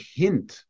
hint